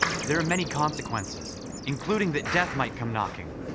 there are many consequences including that death might come knocking.